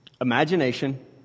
imagination